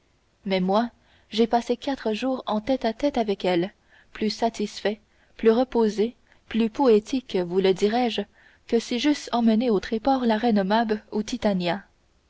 mais moi j'ai passé quatre jours en tête-à-tête avec elle plus satisfait plus reposé plus poétique vous le dirais-je que si j'eusse emmené au tréport la reine mab ou